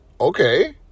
Okay